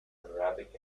arabic